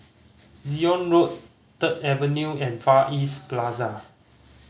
Zion Road Third Avenue and Far East Plaza